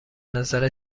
نظر